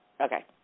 Okay